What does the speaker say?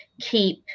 keep